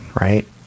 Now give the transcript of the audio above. right